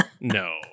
no